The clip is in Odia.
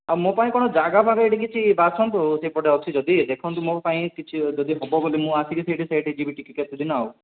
ଆଉ ମୋ ପାଇଁ କ'ଣ ଜାଗା ଫାଗା ଏଠି କିଛି ବାଛନ୍ତୁ ସେପଟେ ଅଛି ଯଦି ଦେଖନ୍ତୁ ମୋ ପାଇଁ କିଛି ଯଦି ହେବ ବୋଲି ମୁଁ ଆସିବି କିନ୍ତୁ ସେଇଠି ସେଟ୍ ହୋଇଯିବି ଟିକେ କେତେଦିନ ଆଉ